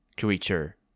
creature